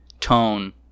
tone